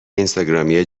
اینستاگرامی